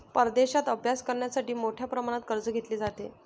परदेशात अभ्यास करण्यासाठी मोठ्या प्रमाणात कर्ज घेतले जाते